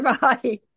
bye